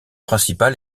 principal